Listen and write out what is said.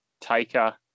Taker